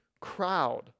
crowd